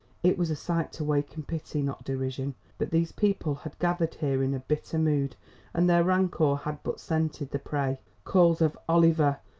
it was a sight to waken pity not derision. but these people had gathered here in a bitter mood and their rancour had but scented the prey. calls of oliver!